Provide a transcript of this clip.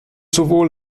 sowohl